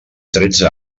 tretze